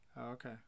Okay